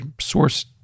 source